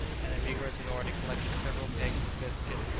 and the negroes had already collected several kegs of biscuit,